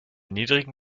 niedrigen